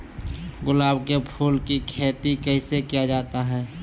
गुलाब के फूल की खेत कैसे किया जाता है?